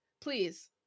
please